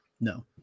No